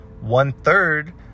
One-third